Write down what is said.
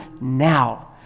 now